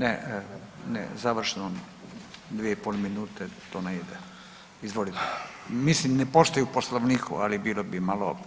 Ne, ne završno 2,5 minute to ne ide, izvolite, mislim ne postoji u Poslovniku, ali bilo bi malo,